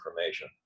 information